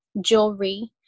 jewelry